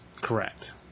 Correct